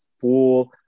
full